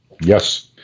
Yes